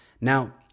Now